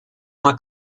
uma